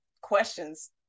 questions